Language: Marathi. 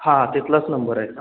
हा तिथलाच नंबर आहे का